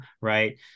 right